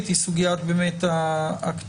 באמצעות הגוף החוקר אצל הגורם הזכאי.